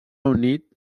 unit